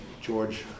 George